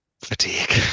Fatigue